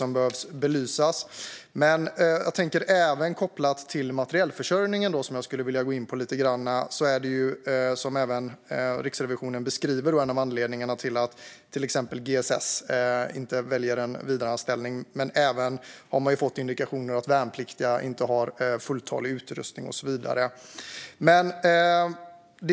Det andra som jag skulle vilja gå in på lite grann, kopplat till materielförsörjningen, är det som även Riksrevisionen beskriver som en av anledningarna till att till exempel GSS inte väljer en vidareanställning, nämligen att man har fått indikationer om att värnpliktiga inte har fulltalig utrustning och så vidare.